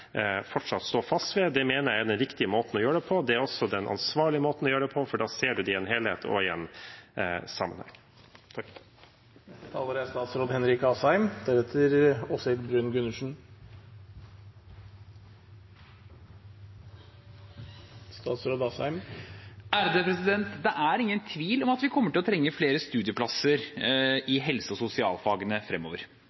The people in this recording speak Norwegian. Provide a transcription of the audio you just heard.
fortsatt stå fast ved. Det mener jeg er den riktige måten å gjøre det på, og det er også den ansvarlige måten å gjøre det på, for da ser man det i en helhet og i en sammenheng. Det er ingen tvil om at vi kommer til å trenge flere studieplasser i helse- og sosialfagene fremover. Nettopp derfor har også denne regjeringen, sammen med Fremskrittspartiet, prioritert å øke kapasiteten i